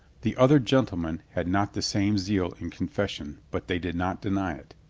the other gentlemen had not the same zeal in con fession, but they did not deny it.